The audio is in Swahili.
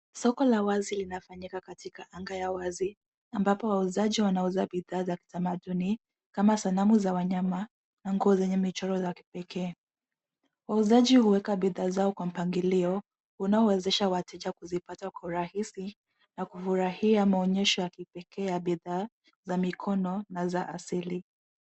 Soko la wazi linafanyika katika anga ya wazi ambapo wauzaji wanauza bidhaa za kimataduni, kama sanamu za wanyama na nguo zenye michoro za kipekee. Wauzaji huweka bidhaa zao kwa mpangilio unaowezesha wateja kuzipata kwa urahisi na kufurahia maonyesho ya kipekee ya bidhaa za mikono na za asili.